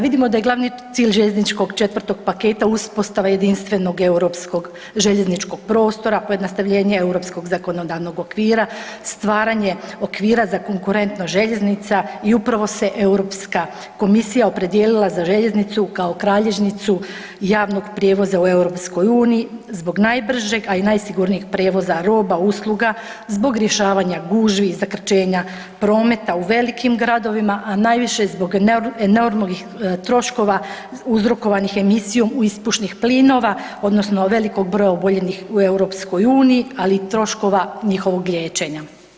Vidimo da je glavni cilj željezničkog četvrtog paketa uspostava jedinstvenog europskog željezničkog prostora, pojednostavljenje europskog zakonodavnog okvira, stvaranje okvira za konkurentnost željeznica i upravo se Europska komisija opredijelila za željeznicu kao kralježnicu javnog prijevoza u EU zbog najbržeg, a i najsigurnijeg prijevoza roba i usluga zbog rješavanja gužvi i zakrčenja prometa u velikim gradova, a najviše zbog enormnih troškova uzrokovanih emisijom ispušnih plinova odnosno velikog broja oboljelih u EU, ali i troškova njihovog liječenja.